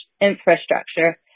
infrastructure